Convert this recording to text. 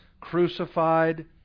crucified